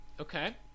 Okay